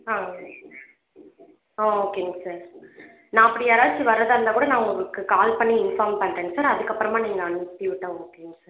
ஆ ஆ ஓகேங்க சார் நான் அப்படி யாராச்சும் வர்றதாக இருந்தாக்கூட நான் உங்களுக்கு கால் பண்ணி இன்பார்ம் பண்ணுறேன் சார் அதுக்கப்புறமா நீங்கள் அனுப்பி விட்டால் ஓகேங்க சார்